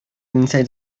inside